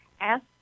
ask